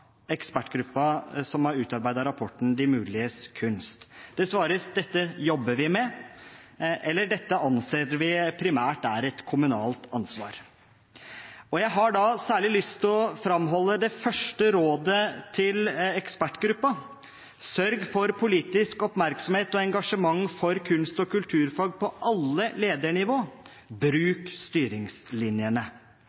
som har utarbeidet rapporten Det muliges kunst. Det svares: Dette jobber vi med – eller – dette anser vi primært er et kommunalt ansvar. Jeg har da særlig lyst til å framholde det første rådet til ekspertgruppen: Sørg for politisk oppmerksomhet om og engasjement for kunst- og kulturfag på alle ledernivå – bruk styringslinjene.